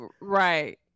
Right